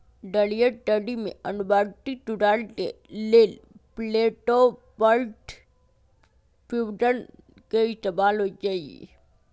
जलीय खेती में अनुवांशिक सुधार के लेल प्रोटॉपलस्ट फ्यूजन के इस्तेमाल होई छई